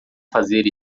fazer